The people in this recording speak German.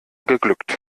geglückt